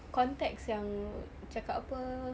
contacts yang cakap apa